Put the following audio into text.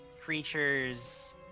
creature's